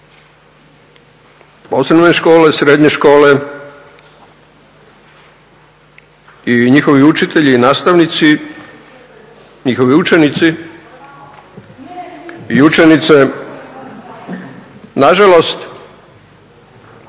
škole, srednje škole i njihovi učitelji i nastavnici, njihovi učenici i učenice nažalost